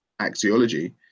axiology